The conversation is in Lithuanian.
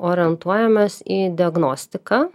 orientuojamės į diagnostiką